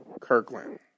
Kirkland